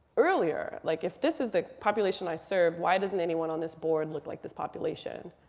earlier. like if this is the population i serve, why doesn't anyone on this board look like this population.